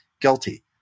guilty